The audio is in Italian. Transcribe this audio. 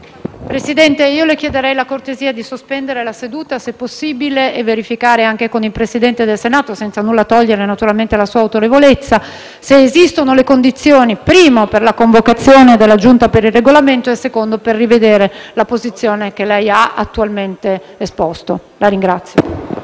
Presidente, le chiederei la cortesia di sospendere la seduta, se possibile, e verificare, anche con il Presidente del Senato (senza nulla togliere naturalmente alla sua autorevolezza), se esistano le condizioni, in primo luogo, per la convocazione della Giunta per il Regolamento e, in secondo luogo, per rivedere la posizione che lei ha attualmente esposto. NENCINI